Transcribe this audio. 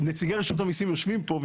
נציגי רשות המיסים יושבים פה,